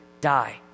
die